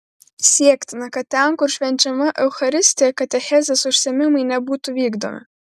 siektina kad ten kur švenčiama eucharistija katechezės užsiėmimai nebūtų vykdomi